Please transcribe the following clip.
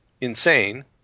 insane